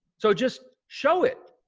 so just show it.